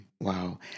Wow